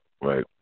right